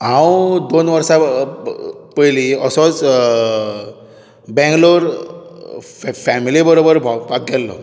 हांव दोन वर्सा पयलीं असोच बेंगलोर फ फॅमिली बरोबर भोंवपाक गेल्लो